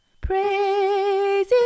Praise